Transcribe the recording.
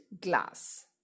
glass